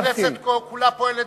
הכנסת פה כולה פועלת